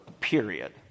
period